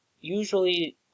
usually